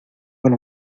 con